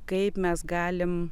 kaip mes galim